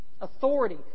Authority